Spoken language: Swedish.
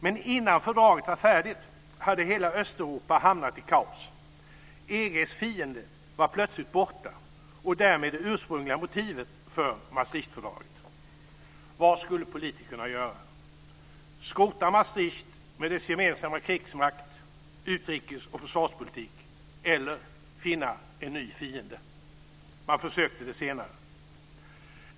Men innan fördraget var färdigt hade hela Östeuropa hamnat i kaos. EG:s fiende var plötsligt borta och därmed det ursprungliga motivet för Maastrichtfördraget. Vad skulle politikerna göra? Skrota Maastricht, med dess gemensamma krigsmakt, utrikes och försvarspolitik, eller finna en ny fiende? Man försökte det senare.